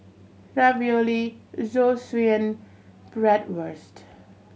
Ravioli Zosui and Bratwurst